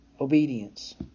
obedience